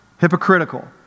hypocritical